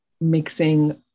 mixing